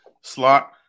slot